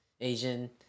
Asian